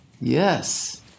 yes